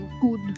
good